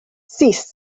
sis